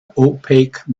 opaque